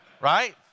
right